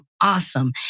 awesome